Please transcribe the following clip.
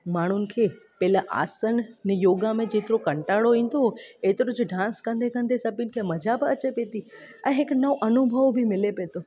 माण्हुनि खे पहिले आसन अने योगा में जेतिरो कंटाड़ो ईंदो हो एतिरो जो डांस कंदे कंदे सभिनी खे मज़ा बि अचे पिए थी ऐं हिकु नओं अनुभव बि मिले पिए थो